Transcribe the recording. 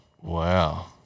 Wow